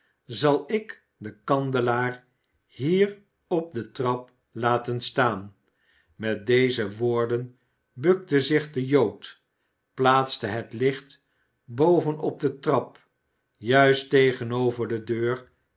zal ik den kandelaar hier op den trap laten staan met deze woorden bukte zich de jood plaatste het licht boven op de trap juist tegenover de deur